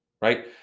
right